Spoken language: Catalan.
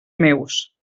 meus